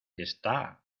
está